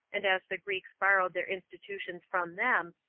and as the greeks borrowed their institutions from them,